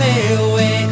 away